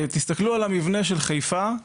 תסתכלו על המבנה של חיפה,